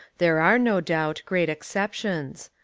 there are no doubt great exceptions.